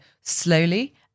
slowly